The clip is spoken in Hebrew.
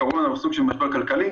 הקורונה הוא סוג של משבר כלכלי,